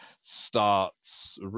starts